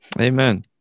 Amen